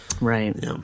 Right